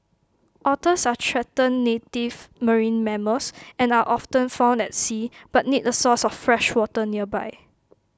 otters are threatened native marine mammals and are often found at sea but need A source of fresh water nearby